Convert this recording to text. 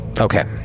Okay